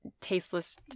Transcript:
tasteless